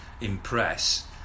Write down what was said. impress